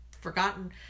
forgotten